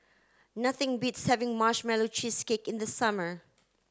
nothing beats having marshmallow cheesecake in the summer